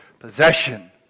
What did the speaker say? Possession